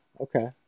okay